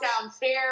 downstairs